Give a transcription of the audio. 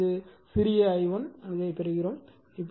எனவே இது சிறிய i1 இதைப் பெறும்